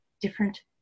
different